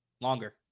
Longer